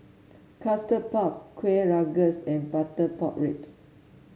Custard Puff Kueh Rengas and Butter Pork Ribs